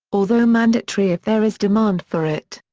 although mandatory if there is demand for it.